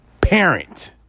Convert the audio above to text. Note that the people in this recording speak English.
Parent